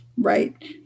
right